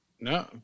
no